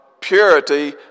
purity